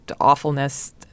awfulness